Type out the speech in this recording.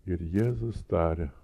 ir jėzus tarė